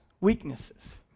weaknesses